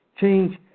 change